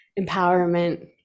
empowerment